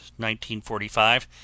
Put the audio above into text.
1945